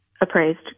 appraised